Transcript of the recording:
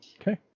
Okay